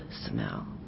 smell